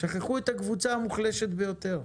שכחו את הקבוצה המוחלשת ביותר,